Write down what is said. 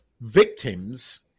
victims